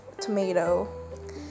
tomato